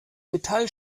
metall